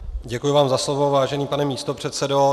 Děkuji vám za slovo, vážený pane místopředsedo.